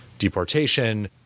deportation